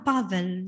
Pavel